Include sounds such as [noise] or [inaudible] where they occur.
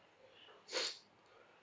[noise]